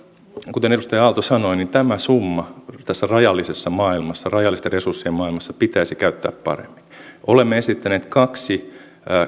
kuten edustaja aalto sanoi tämä summa tässä rajallisessa maailmassa rajallisten resurssien maailmassa pitäisi käyttää paremmin olemme esittäneet kaksi